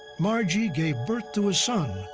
margie gave birth to a son,